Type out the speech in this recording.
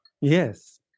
Yes